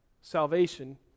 salvation